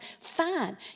Fine